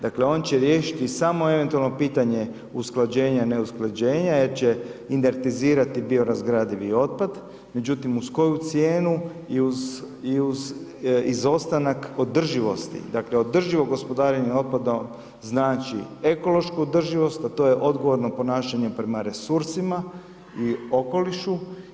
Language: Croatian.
Dakle, on će riješiti samo eventualno pitanje usklađenja, neusklađenija jer će indertizirati biorazgradivi otpad, međutim, uz koju cijenu i uz, i uz izostanak održivosti, dakle, održivog gospodarenje otpadom znači ekološku održivost a to je odgovorno ponašanje prema resursima i okolišu.